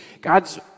God's